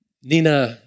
Nina